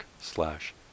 slash